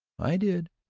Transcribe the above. i did!